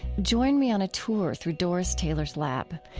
join me on a tour through doris taylor's lab.